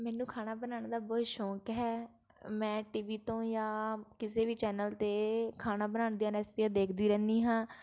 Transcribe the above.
ਮੈਨੂੰ ਖਾਣਾ ਬਣਾਉਣ ਦਾ ਬਹੁਤ ਸ਼ੌਕ ਹੈ ਮੈਂ ਟੀ ਵੀ ਤੋਂ ਜਾਂ ਕਿਸੇ ਵੀ ਚੈਨਲ 'ਤੇ ਖਾਣਾ ਬਣਾਉਣ ਦੀਆਂ ਰੈਸਪੀਆਂ ਦੇਖਦੀ ਰਹਿੰਦੀ ਹਾਂ